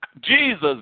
Jesus